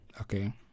okay